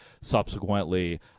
Subsequently